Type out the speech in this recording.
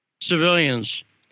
civilians